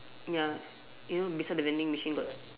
ya you know beside the vending machine got